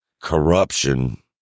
corruption